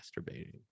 masturbating